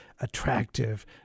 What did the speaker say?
attractive